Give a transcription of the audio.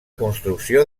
construcció